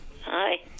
Hi